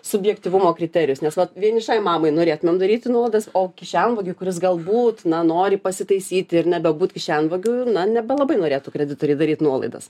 subjektyvumo kriterijus nes vat vienišai mamai norėtumėm daryti nuolaidas o kišenvagiui kuris galbūt na nori pasitaisyti ir nebebūt kišenvagiu na nebe labai norėtų kreditoriai daryt nuolaidas